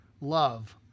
Love